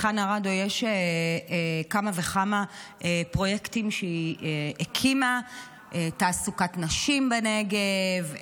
לחנה רדו יש כמה וכמה פרויקטים שהיא הקימה: תעסוקת נשים בנגב,